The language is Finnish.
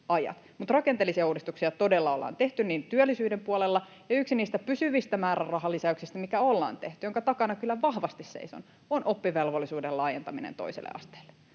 Mutta rakenteellisia uudistuksia todella ollaan tehty työllisyyden puolella. Yksi niistä pysyvistä määrärahalisäyksistä, mikä ollaan tehty ja minkä takana kyllä vahvasti seison, on oppivelvollisuuden laajentaminen toiselle asteelle.